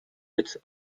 its